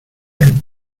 and